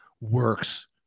works